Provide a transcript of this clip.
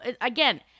again